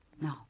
No